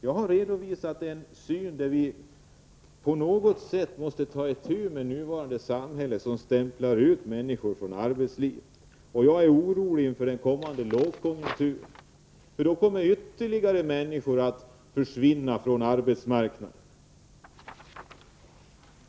Jag har redovisat min syn och sagt att vi på något sätt måste ta itu med det nuvarande samhället, som stämplar ut människor från arbetslivet. Jag är orolig inför den kommande lågkonjunkturen. Då kommer ytterligare människor att försvinna från arbetsmarknaden.